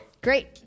Great